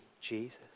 Jesus